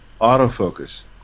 autofocus